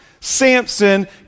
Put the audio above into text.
Samson